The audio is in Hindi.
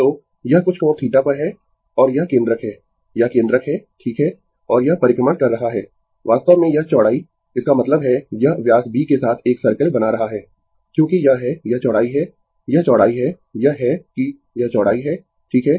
तो यह कुछ कोण θ पर है और यह केंद्रक है यह केंद्रक है ठीक है और यह परिक्रमण कर रहा है वास्तव में यह चौड़ाई इसका मतलब है यह व्यास b के साथ एक सर्कल बना रहा है क्योंकि यह है यह चौड़ाई है यह चौड़ाई है यह है कि यह चौड़ाई है ठीक है